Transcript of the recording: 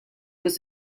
was